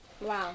Wow